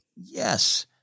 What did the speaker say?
Yes